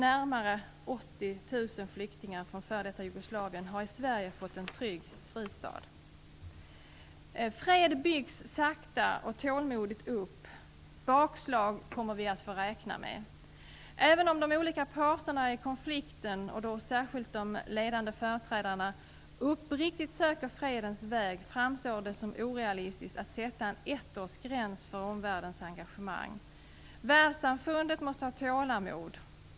Närmare 80 000 flyktingar från det f.d. Jugoslavien har fått en trygg fristad i Sverige. Fred byggs sakta och tålmodigt upp. Vi kommer att få räkna med bakslag. Även om de olika parterna i konflikten - och då särskilt de ledande företrädarna - uppriktigt söker fredens väg framstår det som orealistiskt att sätta en ettårsgräns för omvärldens engagemang. Världssamfundet måste ha tålamod.